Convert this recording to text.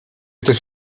też